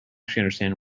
understand